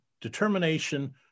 determination